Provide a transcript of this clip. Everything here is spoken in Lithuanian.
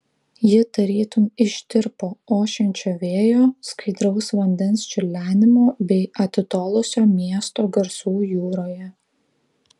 ji tarytum ištirpo ošiančio vėjo skaidraus vandens čiurlenimo bei atitolusio miesto garsų jūroje